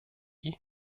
die